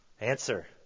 Answer